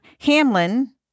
Hamlin